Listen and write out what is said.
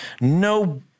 no